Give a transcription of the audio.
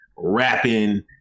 rapping